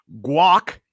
guac